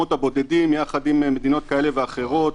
הבודדים יחד עם מדינות כאלה ואחרות,